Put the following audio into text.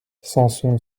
samson